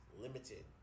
limited